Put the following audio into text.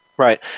Right